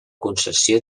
concessió